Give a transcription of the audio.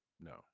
no